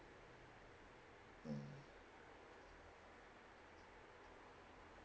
mm